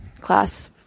class